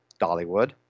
Dollywood